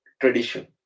tradition